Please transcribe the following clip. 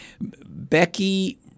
Becky